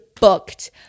booked